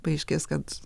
paaiškės kad